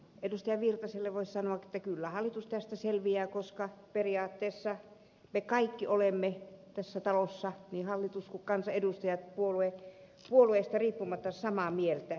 erkki virtaselle voisi sanoa että kyllä hallitus tästä selviää koska periaatteessa me kaikki olemme tässä talossa niin hallitus kuin kansanedustajat puolueesta riippumatta samaa mieltä